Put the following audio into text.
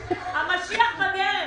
גם אני נדהמתי לקבל את המכתב,